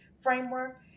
Framework